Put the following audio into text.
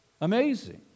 Amazing